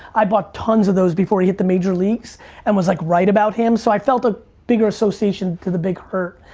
i bought tons of those before he hit the major leagues and was like right about him so i felt a bigger association to the big hurt,